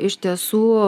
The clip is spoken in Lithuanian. iš tiesų